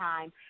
time